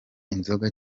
inzoga